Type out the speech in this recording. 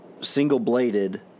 single-bladed